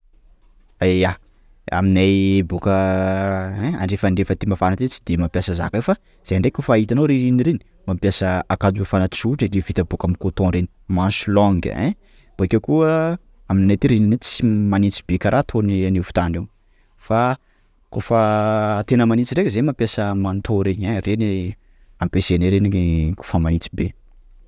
Ia aminay bôka ein andrefandrefa aty mafana aty tsy de mampiasa zaka io fa, fa zay ndreka kôfa hitanao refa ririnina reny mampiasa akanjo mafana tsotra vita boaka amin'ny coton reny; manche longue ein! _x000D_ Bakeo koa aminay aty ririnina io tsy magnitsy be kara ataony anivotany ao! _x000D_ Fa koafa tena magnitsy ndreka, zay mampiasa manteau reny! _x000D_ Reny ampiasany reny kôfa magnitsy be.